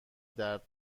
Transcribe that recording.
درد